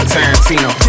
Tarantino